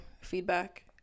feedback